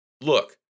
look